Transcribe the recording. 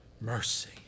Mercy